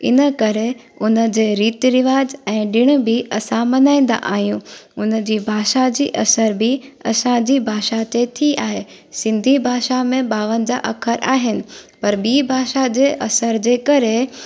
इन करे उन जे रीति रिवाज़ ऐं ॾिण बि असां मल्हाईंदा आहियूं उन जी भाषा जी असर बि असांजी भाषा ते थी आहे सिंधी भाषा में ॿावंजाहु अखर आहिनि पर ॿी भाषा जे असर जे करे